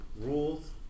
rules